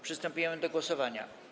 Przystępujemy do głosowania.